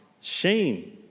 shame